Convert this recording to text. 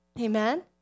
Amen